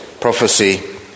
prophecy